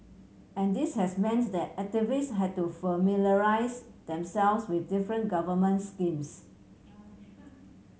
and this has meant that activist had to familiarise themselves with different government schemes